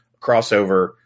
crossover